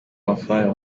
amafaranga